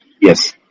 Yes